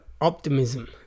optimism